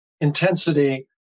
intensity